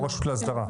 או הרשות לאסדרה?